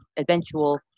eventual